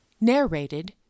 Narrated